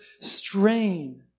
strain